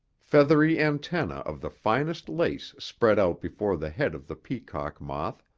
feathery antennae of the finest lace spread out before the head of the peacock moth,